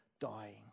dying